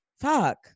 Fuck